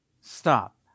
Stop